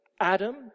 Adam